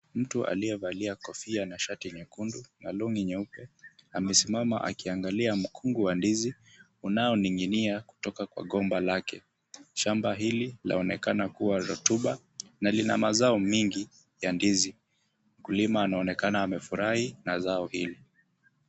Mtu aliyevalia kofia na shati nyekundu na long'i nyeupe, amesimama akiangalia mkungu wa ndizi unaoning'inia kutoka kwa gomba lake. Shamba hili laonekana kuwa rotuba, na lina mazao mingi ya ndizi. Mkulima anaonekana amefurahi na zao hili.